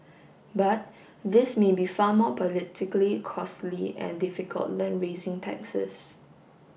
but this may be far more politically costly and difficult than raising taxes